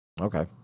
Okay